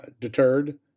deterred